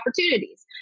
opportunities